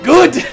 Good